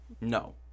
No